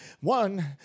one